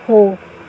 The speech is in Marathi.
हो